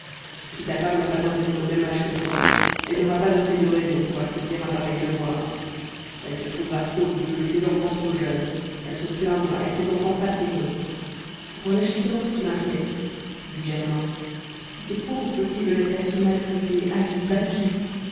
si ta femme n'a pas environ le même âge que toi elle n'aura pas assez de raison pour accepter un pareil devoir elle te trouvera trop vieux et tes enfants trop jeunes elle se plaindra et tes enfants pâtiront voilà justement ce qui m'inquiète dit germain si ces pauvres petits venaient à être maltraités haïs battus